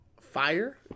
fire